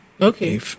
Okay